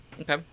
Okay